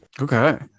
Okay